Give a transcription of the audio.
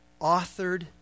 authored